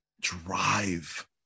drive